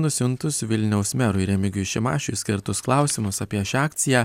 nusiuntus vilniaus merui remigijui šimašiui skirtus klausimus apie šią akciją